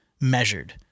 measured